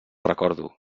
recordo